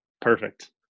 Perfect